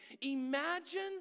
Imagine